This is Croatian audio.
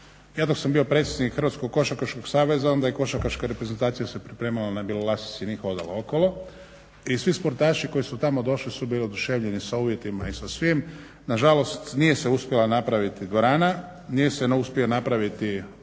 ja dok sam bio predsjednik Hrvatskog košarkaškog saveza, onda je košarkaška reprezentacija se pripremala na Bjelolasici, nije hodala okolo. I svi sportaši koji su tamo došli su bili oduševljeni sa uvjetima i sa svim, na žalost nije se uspjela napraviti dvorana, nije se uspio napraviti bazen.